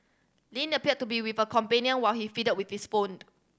Lin appeared to be with a companion while he fiddled with his boned